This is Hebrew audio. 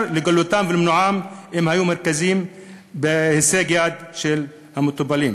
לגלותם ולמונעם אם היו מרכזים בהישג-ידם של המטופלים.